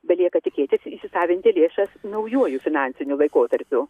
belieka tikėtis įsisavinti lėšas naujuoju finansiniu laikotarpiu